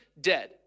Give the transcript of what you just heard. dead